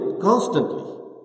constantly